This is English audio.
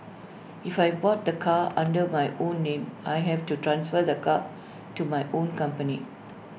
if I bought the car under my own name I have to transfer the car to my own company